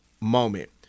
moment